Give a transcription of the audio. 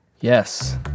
Yes